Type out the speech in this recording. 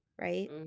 right